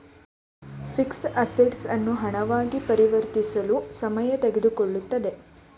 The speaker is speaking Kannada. ಫಿಕ್ಸಡ್ ಅಸೆಟ್ಸ್ ಅನ್ನು ಹಣವನ್ನ ಆಗಿ ಪರಿವರ್ತಿಸುವುದು ಸಮಯ ತೆಗೆದುಕೊಳ್ಳುತ್ತದೆ